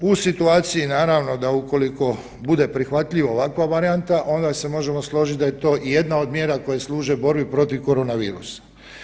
U situaciji naravno da ukoliko bude prihvatljiva ovakva varijanta onda se možemo složiti da je to jedna od mjera koje služe borbi protiv korona virusa.